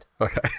Okay